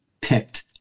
picked